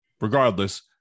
regardless